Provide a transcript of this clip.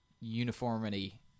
uniformity